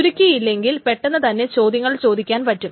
ചുരുക്കി ഇല്ലെങ്കിൽ പെട്ടെന്ന് തന്നെ ചോദ്യങ്ങൾ ചോദിക്കാൻ പറ്റും